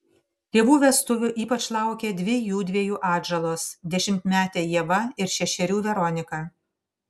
tėvų vestuvių ypač laukė dvi jųdviejų atžalos dešimtmetė ieva ir šešerių veronika